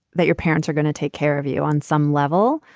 that your parents are going to take care of you on some level.